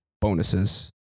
bonuses